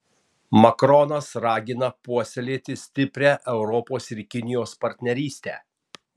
makronas ragina puoselėti stiprią europos ir kinijos partnerystę